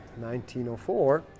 1904